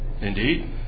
Indeed